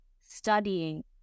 studying